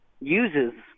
uses